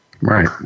Right